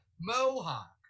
Mohawk